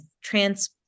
trans